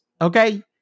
okay